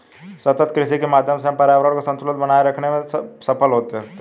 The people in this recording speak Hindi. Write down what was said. सतत कृषि के माध्यम से हम पर्यावरण संतुलन को बनाए रखते में सफल हो सकते हैं